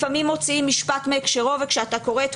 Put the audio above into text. לפעמים מוציאים משפט מהקשרו וכשאתה קורא את